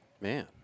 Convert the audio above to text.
Man